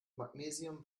magnesium